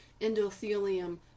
endothelium